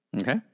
Okay